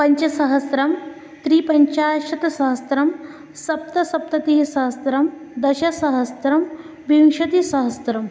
पञ्चसहस्रं त्रिपञ्चाशतसहस्त्रं सप्तसप्ततिः सहस्त्रं दशसहस्त्रं विंशतिसहस्त्रम्